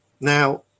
now